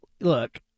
look